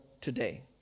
today